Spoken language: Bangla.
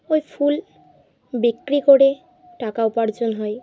ওই ফুল বিক্রি করে টাকা উপার্জন হয়